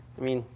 i mean,